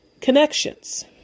connections